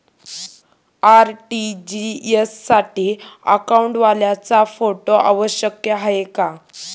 RTGS साठी अकाउंटवाल्याचा photo आवश्यक आहे का?